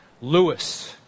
Lewis